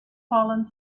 fallen